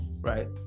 right